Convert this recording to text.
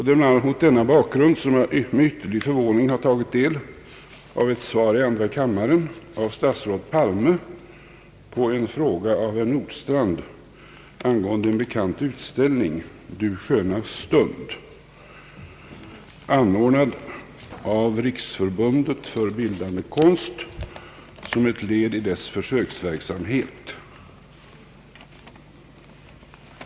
Det är bland annat mot den bakgrunden som jag med ytterlig förvåning har tagit del av ett svar i andra kammaren från statsrådet Palme på en fråga av herr Nordstrandh angående en bekant utställning: »Du sköna stund», anordnad av Riksförbundet för bildande konst som ett led i dess försöksverksamhet.